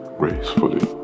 gracefully